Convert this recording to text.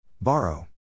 Borrow